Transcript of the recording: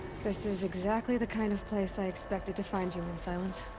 this is exactly the kind of place i expected to find you in, sylens.